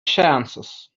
chances